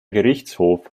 gerichtshof